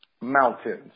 mountains